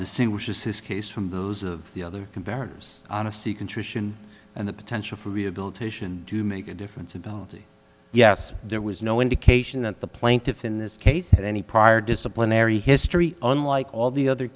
scene which is his case from those of the other comparisons on a c contrition and the potential for rehabilitation do make a difference ability yes there was no indication that the plaintiff in this case had any prior disciplinary history unlike all the other